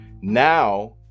Now